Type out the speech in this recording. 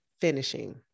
finishing